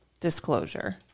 Disclosure